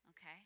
Okay